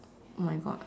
oh my God